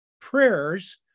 prayers